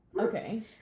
Okay